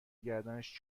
گردنش